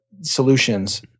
solutions